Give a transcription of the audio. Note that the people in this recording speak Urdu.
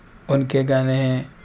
ان کے گانے ہیں